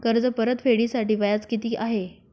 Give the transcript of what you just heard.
कर्ज परतफेडीसाठी व्याज किती आहे?